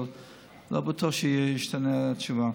אבל לא בטוח שתשתנה התשובה.